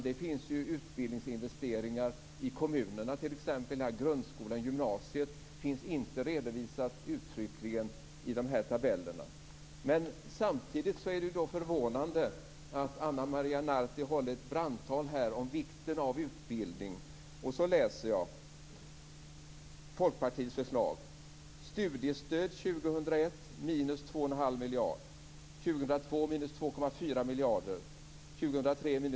Det finns t.ex. utbildningsinvesteringar i kommunerna när det gäller grundskolan och gymnasiet. Det finns inte redovisat uttryckligen i dessa tabeller. Samtidigt är det förvånande att Ana Maria Narti här håller ett brandtal om vikten av utbildning när jag i Folkpartiets förslag kan läsa följande.